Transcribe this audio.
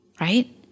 right